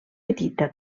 petita